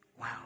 Wow